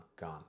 gone